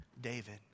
David